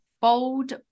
bold